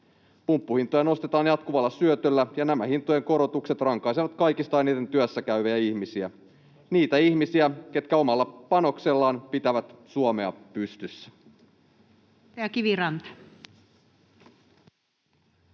Pumppuhintoja nostetaan jatkuvalla syötöllä, ja nämä hintojen korotukset rankaisevat kaikista eniten työssäkäyviä ihmisiä — niitä ihmisiä, ketkä omalla panoksellaan pitävät Suomea pystyssä.